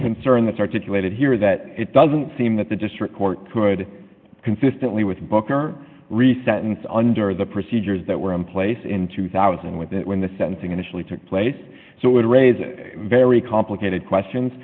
concern that articulated here that it doesn't seem that the district court could consistently with booker re sentence under the procedures that were in place in two thousand with that when the sentencing initially took place so it raises very complicated questions